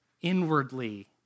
inwardly